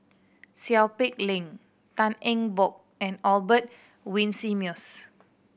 Seow Peck Leng Tan Eng Bock and Albert Winsemius